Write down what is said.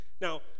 Now